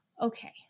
okay